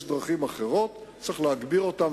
יש דרכים אחרות צריך להגביר אותן.